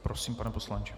Prosím, pane poslanče.